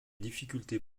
difficultés